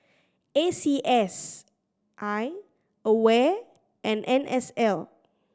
A C S I AWARE and N S L